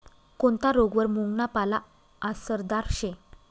कोनता रोगवर मुंगना पाला आसरदार शे